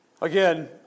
Again